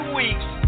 weeks